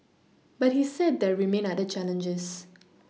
but he said there remain other challenges